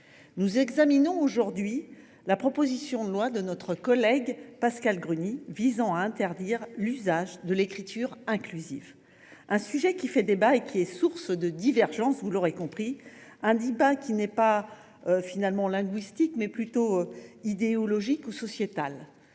Nous examinons la proposition de loi de notre collègue Pascale Gruny visant à interdire l’usage de l’écriture inclusive. Ce sujet fait débat et est source de divergences, vous l’aurez compris. Ce débat est non pas linguistique, mais idéologique et sociétal.